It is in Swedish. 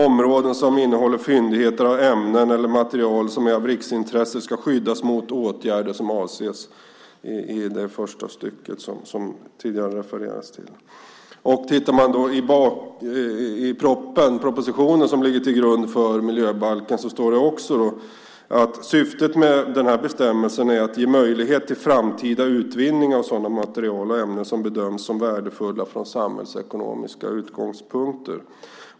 Områden som innehåller fyndigheter av ämnen eller material som är av riksintresse skall skyddas mot åtgärder som avses i första stycket." I den proposition som ligger till grund för miljöbalken står också att syftet med denna bestämmelse är att ge möjlighet till framtida utvinning av sådana material och ämnen som bedöms som värdefulla från samhällsekonomiska utgångspunkter.